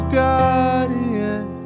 guardian